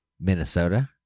Minnesota